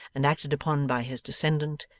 and acted upon by his descendant,